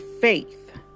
faith